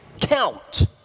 count